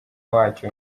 wacyo